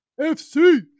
FC